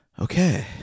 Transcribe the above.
okay